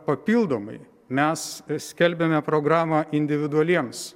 papildomai mes skelbiame programą individualiems